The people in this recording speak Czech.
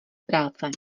práce